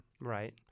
Right